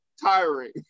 tiring